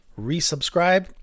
resubscribe